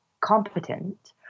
competent